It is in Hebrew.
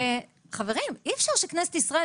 חברים אי אפשר שכנסת ישראל,